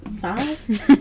Five